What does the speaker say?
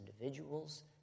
individuals